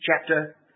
chapter